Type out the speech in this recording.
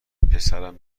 پسرم